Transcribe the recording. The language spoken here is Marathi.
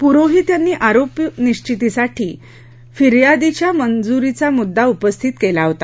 पुरोहित यानं आरोपी निश्वितीसाठी फिर्यादीच्या मंजूरीचा मुद्दा उपस्थित केला होता